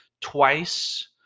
twice